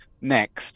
next